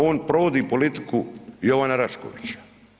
On provodi politiku Jovana Raškovića.